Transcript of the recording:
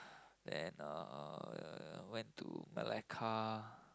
and uh went to Melaka